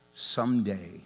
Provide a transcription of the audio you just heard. someday